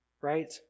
right